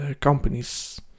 companies